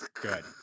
good